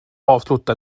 avsluta